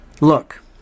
look